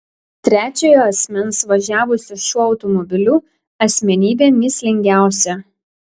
trečiojo asmens važiavusio šiuo automobiliu asmenybė mįslingiausia